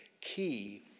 key